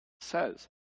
says